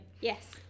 Yes